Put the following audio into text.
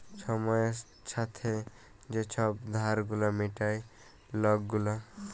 ছময়ের ছাথে যে ছব ধার গুলা মিটায় লক গুলা